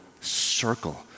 circle